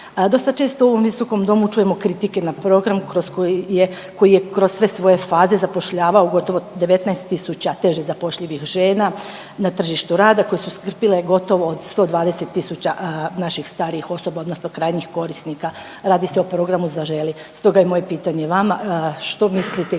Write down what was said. Dosta često u ovom visokom domu čujemo kritike na program kroz koji je, koji je kroz sve svoje faze zapošljavao gotovo 19 tisuća teže zapošljivih žena na tržištu rada koje su skrbile gotovo 120 tisuća naših starijih osoba odnosno krajnjih korisnika, radi se o programu Zaželi. Stoga je moje pitanje vama, što mislite i kakvo je vaše